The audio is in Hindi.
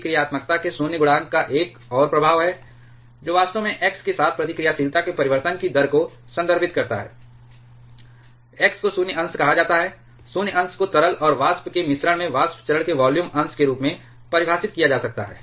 प्रतिक्रियात्मकता के शून्य गुणांक का एक और प्रभाव है जो वास्तव में X के साथ प्रतिक्रियाशीलता के परिवर्तन की दर को संदर्भित करता है X को शून्य अंश कहा जाता है शून्य अंश को तरल और वाष्प के मिश्रण में वाष्प चरण के वॉल्यूम अंश के रूप में परिभाषित किया जा सकता है